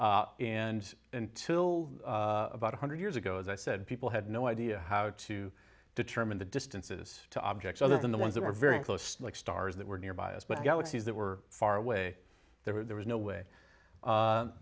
n until about one hundred years ago as i said people had no idea how to determine the distances to objects other than the ones that were very close like stars that were nearby us but galaxies that were far away there were there was no way